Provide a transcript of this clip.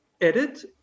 edit